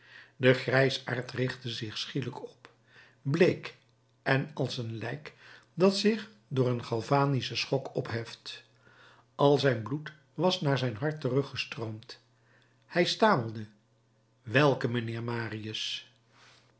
de grijsaard richtte zich schielijk op bleek en als een lijk dat zich door een galvanischen schok opheft al zijn bloed was naar zijn hart teruggestroomd hij stamelde welke mijnheer marius